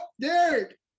Derek